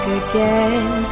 again